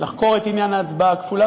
לחקור את עניין ההצבעה הכפולה,